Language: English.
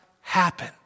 happen